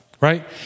right